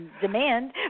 demand